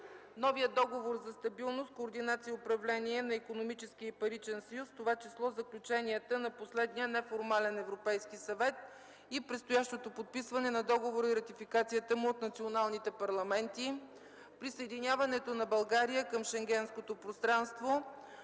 новият Договор за стабилност, координация и управление на Икономически и паричен съюз, в това число, заключенията на последния неформален Европейски съвет и предстоящото подписване на договора и ратификацията му от националните парламенти; присъединяването на България към Шенгенското пространство.